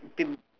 pimp